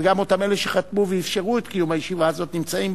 אבל גם אותם אלה שחתמו ואפשרו את קיום הישיבה הזאת נמצאים